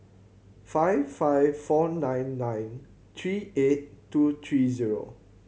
five five four nine nine three eight two three zero